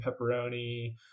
pepperoni